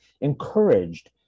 encouraged